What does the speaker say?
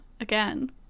again